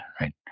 right